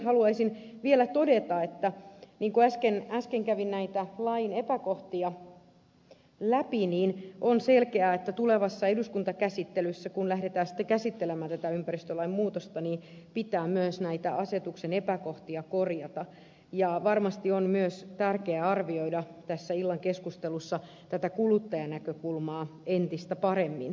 haluaisin vielä todeta niin kuin äsken kävin näitä lain epäkohtia läpi että on selkeää että tulevassa eduskuntakäsittelyssä kun lähdetään sitten käsittelemään tätä ympäristölain muutosta pitää myös näitä asetuksen epäkohtia korjata ja varmasti on myös tärkeää arvioida tässä illan keskustelussa tätä kuluttajanäkökulmaa entistä paremmin